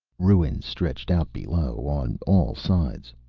ruins stretched out below, on all sides,